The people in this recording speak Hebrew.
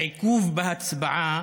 עיכוב בהצבעה